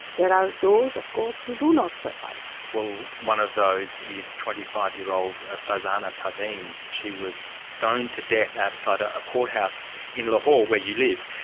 there are those of course who do not survive. well, one of those is twenty five year old farzana paveen. she was stoned to death outside a courthouse in lahore, where you live.